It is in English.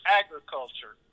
agriculture